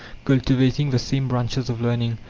cultivating the same branches of learning.